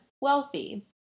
wealthy